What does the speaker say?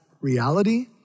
reality